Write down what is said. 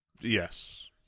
Yes